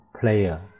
player